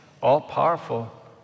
all-powerful